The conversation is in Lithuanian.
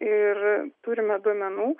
ir turime duomenų